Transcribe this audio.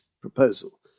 proposal